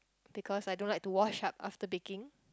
because I don't like to wash up after baking